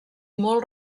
molt